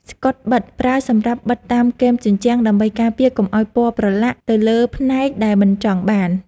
ស្កុតបិទ ប្រើសម្រាប់បិទតាមគែមជញ្ជាំង ដើម្បីការពារកុំឱ្យពណ៌ប្រឡាក់ទៅលើផ្នែកដែលមិនចង់បាន។